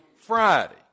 Friday